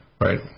right